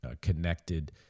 connected